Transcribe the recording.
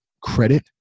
credit